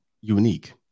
unique